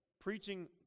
preaching